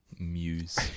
Muse